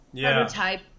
prototype